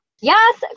Yes